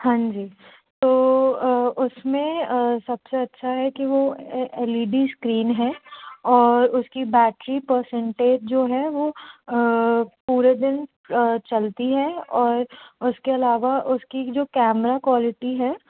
हाँ जी तो उसमें सबसे अच्छा है कि वह एल ई डी स्क्रीन है और उसकी बैटरी परसेंटेज जो है वह पूरे दिन चलती है और उसके अलावा उसकी जो कैमरा क्वालिटी है